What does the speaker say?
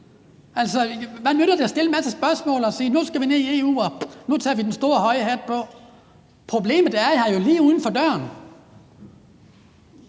Hvad nytter det at stille en masse spørgsmål og sige, at nu skal vi ned i EU og nu tager vi den store høje hat på? Problemet jo lige her uden for døren,